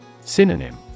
Synonym